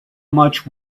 much